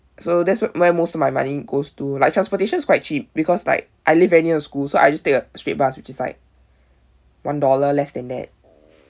so that's wh~ where my most of my money goes to like transportation is quite cheap because like I live very near the school so I just take a straight bus which is like one dollar less than that